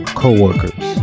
co-workers